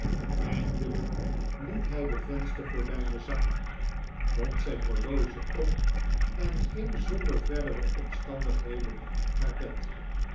eindelijk liet hij de venstergordijnen zakken wond zijn horloge op en ging zonder verdere omstandigheden naar bed